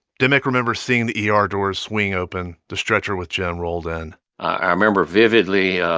dimick remembers seeing the ah er doors swing open, the stretcher with jim rolled in i remember vividly,